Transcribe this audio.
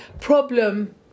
problem